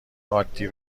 عادی